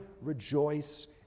rejoice